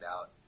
out